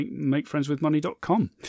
makefriendswithmoney.com